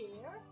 share